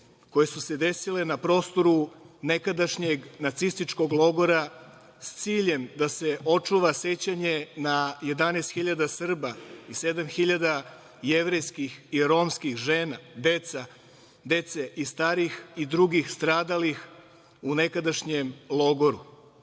koji su se desili na prostoru nekadašnjeg nacističkog logora, s ciljem da se očuva sećanje na 11.000 Srba i 7.000 jevrejskih i romskih žena, dece i starih i drugih stradalih u nekadašnjem logoru. Radi